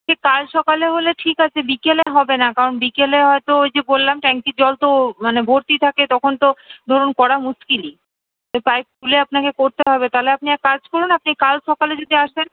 কাল সকালে হলে ঠিক আছে বিকেলে হবে না কারণ বিকেলে হয় তো ওই যে বললাম ট্যাঙ্কির জল তো মানে ভর্তি থাকে তখন তো ধরুন করা মুশকিলই পাইপ খুলে আপনাকে করতে হবে তাহলে আপনি এক কাজ করুন আপনি কাল সকালে যদি আসেন